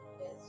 Yes